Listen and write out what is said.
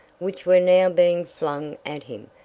which were now being flung at him,